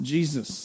Jesus